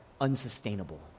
unsustainable